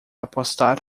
apostar